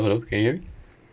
hello hello can you hear me